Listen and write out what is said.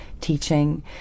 teaching